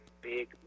big